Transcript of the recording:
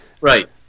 Right